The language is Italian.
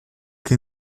che